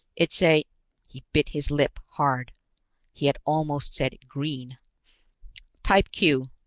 it's a he bit his lip, hard he had almost said green type q,